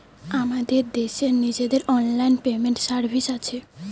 আমাদের দেশের নিজেদের অনলাইন পেমেন্ট সার্ভিস আছে